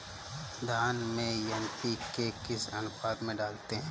धान में एन.पी.के किस अनुपात में डालते हैं?